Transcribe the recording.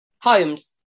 holmes